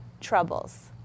troubles